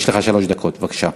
יש לך שלוש דקות, בבקשה.